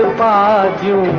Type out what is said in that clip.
da da